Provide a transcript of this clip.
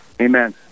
Amen